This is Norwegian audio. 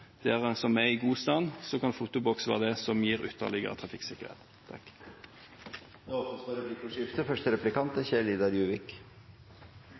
der veiutbedring trengs, men i tunneler som er i god stand, kan fotoboks være det som gir ytterligere trafikksikkerhet. Det åpnes for replikkordskifte. Det er